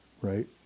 right